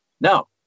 Now